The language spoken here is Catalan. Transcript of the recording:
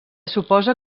suposa